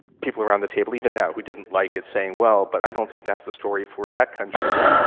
people around the table, even now, who didn't like it, saying, well, but i don't think that's the story for that country, and this country.